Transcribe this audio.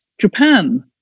Japan